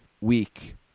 week